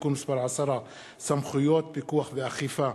(תיקון מס' 10) (סמכויות פיקוח ואכיפה),